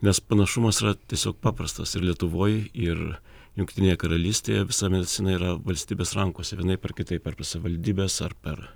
nes panašumas yra tiesiog paprastas ir lietuvoj ir jungtinėje karalystėje visa medicina yra valstybės rankose vienaip ar kitaip ar per savivaldybes ar per